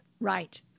right